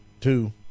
two